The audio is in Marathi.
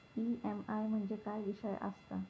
ई.एम.आय म्हणजे काय विषय आसता?